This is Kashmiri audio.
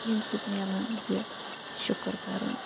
ییٚمہِ سۭتۍ میلان زِ شُکُر کَرُن